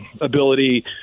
ability